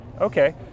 Okay